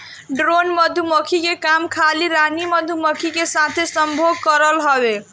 drone मधुमक्खी के काम खाली रानी मधुमक्खी के साथे संभोग करल हवे